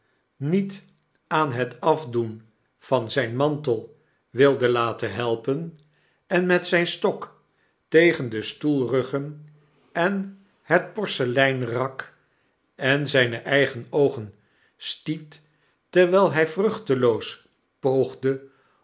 niet aan het afdoen van zyn mantel wilde laten helpen en met zyn stok tegen de stoelruggen en het porseleinrak en zyne eigen oogen stiet terwijl hij vruchteloos poogde